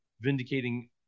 vindicating